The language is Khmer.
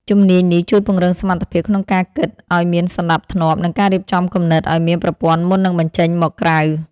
ជំនាញនេះជួយពង្រឹងសមត្ថភាពក្នុងការគិតឱ្យមានសណ្ដាប់ធ្នាប់ និងការរៀបចំគំនិតឱ្យមានប្រព័ន្ធមុននឹងបញ្ចេញមកក្រៅ។